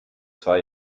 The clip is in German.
zwei